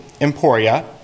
Emporia